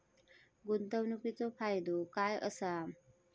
गुंतवणीचो फायदो काय असा?